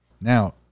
Now